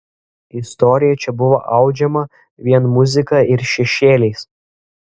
istorija čia buvo audžiama vien muzika ir šešėliais